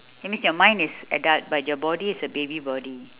that means your mind is adult but your body is a baby body